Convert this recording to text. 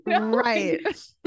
Right